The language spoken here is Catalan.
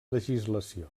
legislació